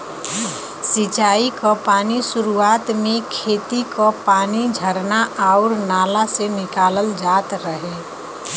सिंचाई क पानी सुरुवात में खेती क पानी झरना आउर नाला से निकालल जात रहे